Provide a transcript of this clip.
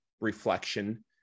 reflection